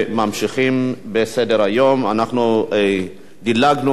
11, אין מתנגדים.